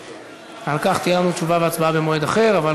על כך תהיה לנו תשובה והצבעה במועד אחר, זה נכון.